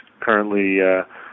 currently